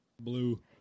Blue